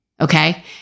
Okay